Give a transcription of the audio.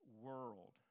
world